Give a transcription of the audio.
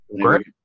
Great